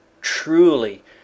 truly